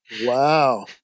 Wow